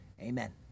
Amen